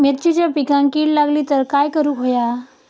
मिरचीच्या पिकांक कीड लागली तर काय करुक होया?